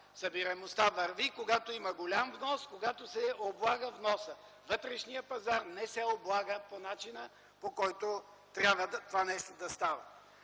Събираемостта върви, когато има голям внос, когато се облага вносът. Вътрешният пазар не се облага по начина по който трябва това нещо да става.